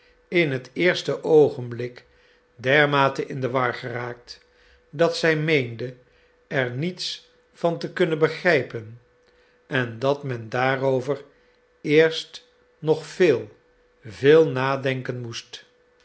in het eerste oogenblik dermate in de war geraakt dat zij meende er niets van te kunnen begrijpen en dat men daarover eerst nog veel veel nadenken moest